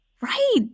Right